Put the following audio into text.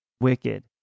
wicked